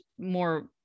more